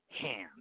hands